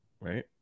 right